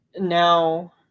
now